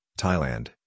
Thailand